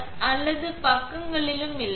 கீழே தொட்டு அல்லது பக்கங்களிலும் இல்லை